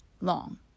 long